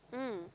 mm